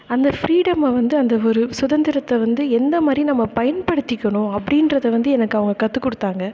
அந்த ஃப்ரீடமை வந்து அந்த ஒரு சுதந்திரத்தை வந்து எந்தமாதிரி நம்ம பயன்படுத்திக்கணும் அப்படின்றத வந்து எனக்கு அவங்க கற்றுக் கொடுத்தாங்க